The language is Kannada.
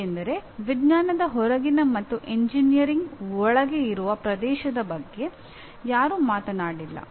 ಏಕೆಂದರೆ ವಿಜ್ಞಾನದ ಹೊರಗಿನ ಮತ್ತು ಎಂಜಿನಿಯರಿಂಗ್ ಒಳಗೆ ಇರುವ ಪ್ರದೇಶದ ಬಗ್ಗೆ ಯಾರೂ ಮಾತನಾಡಿಲ್ಲ